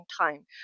time